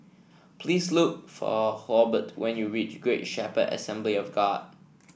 please look for Hobart when you reach Great Shepherd Assembly of God